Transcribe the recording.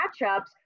matchups